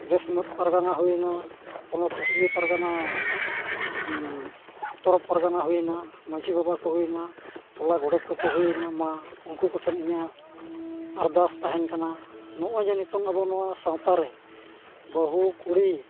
ᱫᱮᱥ ᱢᱩᱲᱩᱫ ᱯᱟᱨᱜᱟᱱᱟ ᱦᱩᱭᱱᱟ ᱯᱚᱱᱚᱛ ᱤᱭᱟᱹ ᱯᱟᱨᱜᱟᱱᱟ ᱛᱚᱨᱚᱯ ᱯᱟᱨᱜᱟᱱᱟ ᱦᱩᱭᱱᱟ ᱢᱟᱺᱡᱷᱤ ᱵᱟᱵᱟ ᱠᱚ ᱦᱩᱭᱱᱟ ᱴᱚᱞᱟ ᱜᱚᱰᱮᱛ ᱠᱚᱠᱚ ᱦᱩᱭᱱᱟ ᱢᱟ ᱩᱱᱠᱩ ᱠᱚᱴᱷᱮᱱ ᱤᱧᱟᱹᱜ ᱟᱨᱫᱟᱥ ᱛᱟᱦᱮᱱ ᱠᱟᱱᱟ ᱱᱚᱜᱼᱚᱭ ᱡᱮ ᱱᱤᱛᱚᱜ ᱟᱵᱚ ᱱᱚᱣᱟ ᱥᱟᱶᱛᱟᱨᱮ ᱵᱟᱹᱦᱩ ᱠᱩᱲᱤ